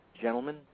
Gentlemen